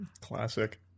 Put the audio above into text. Classic